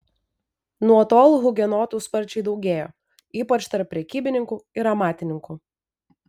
nuo tol hugenotų sparčiai daugėjo ypač tarp prekybininkų ir amatininkų